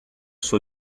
suo